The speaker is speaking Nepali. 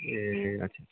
ए अच्छा